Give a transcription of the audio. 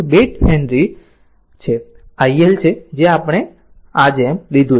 2 Henry અને i L છે જે આપણે આ જેમ લીધું છે